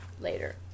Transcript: later